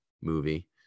movie